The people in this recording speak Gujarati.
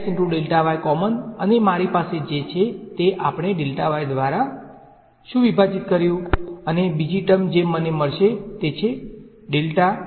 તેથી આ બનશે કોમન અને મારી પાસે જે છે તે છે આપણે વાય દ્વારા શું વિભાજીત કર્યું અને બીજી ટર્મ જે મને મળશે તે છે ડેલ્ટા